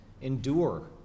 endure